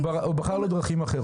הוא בחר בדרכים אחרות.